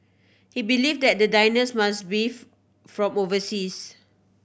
he believe that the diners must be from overseas